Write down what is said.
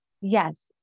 Yes